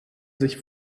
sich